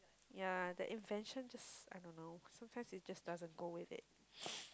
ya that invention just I don't know sometimes it just doesn't go with it